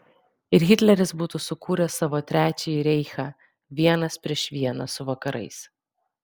ir hitleris būtų sukūręs savo trečiąjį reichą vienas prieš vieną su vakarais